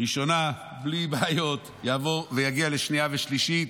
ראשונה, בלי בעיות, ויגיע לשנייה ושלישית,